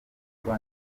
kuko